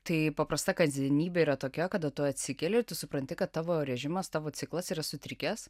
tai paprasta kasdienybė yra tokia kada tu atsikeli ir tu supranti kad tavo režimas tavo ciklas yra sutrikęs